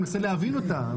אני מנסה להבין אותה.